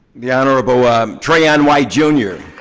the honorable trayon white, jr.